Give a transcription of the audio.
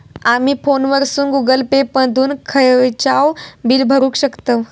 आमी फोनवरसून Google Pay मधून खयचाव बिल भरुक शकतव